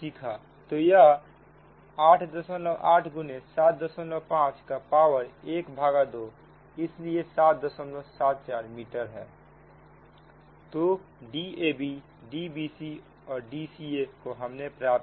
सीखा तो यह 88 गुने 75 का पावर ½ इसलिए 774 मीटर तो DabDbcDca को हमने प्राप्त किया